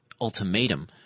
ultimatum